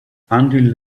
until